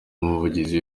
n’umuvugizi